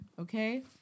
okay